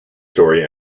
story